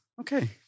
okay